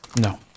No